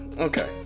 okay